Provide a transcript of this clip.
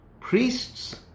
priests